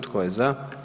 Tko je za?